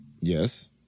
Yes